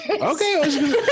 Okay